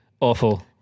awful